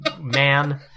man